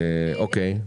היושב-ראש,